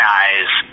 eyes